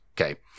Okay